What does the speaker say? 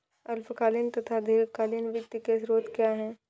अल्पकालीन तथा दीर्घकालीन वित्त के स्रोत क्या हैं?